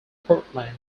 portland